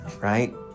right